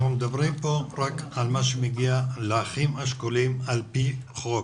אנחנו מדברים פה רק על מה שמגיע לאחים השכולים על פי חוק.